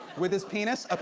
with his penis? okay,